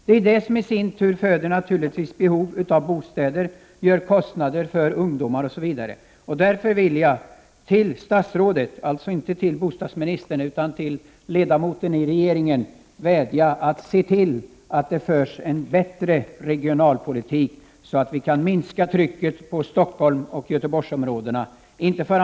Detta föder i sin tur behov av bostäder, ökar kostnaderna för ungdomar, osv. Därför vill jag till Ulf Lönnqvist som ledamot i regeringen — inte bara som bostadsminister — vädja att han ser till att det förs en bättre regionalpolitik, så att man kan minska trycket på Stockholmsoch Göteborgsområdena.